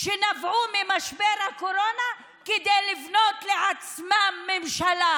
שנבעו ממשבר הקורונה כדי לבנות לעצמם ממשלה,